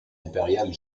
impériale